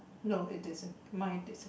no it isn't mine isn't